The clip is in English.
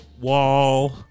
Wall